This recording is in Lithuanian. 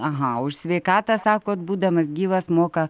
aha už sveikatą sakot būdamas gyvas moka